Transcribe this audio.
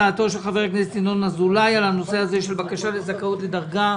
הצעתו של חבר הכנסת ינון אזולאי על הנושא הזה של בקשה לזכאות לדרגה.